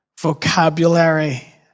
vocabulary